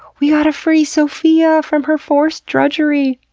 we gotta free sophia from her forced drudgery!